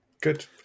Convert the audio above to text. Good